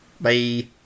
Bye